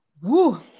Woo